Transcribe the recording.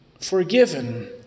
Forgiven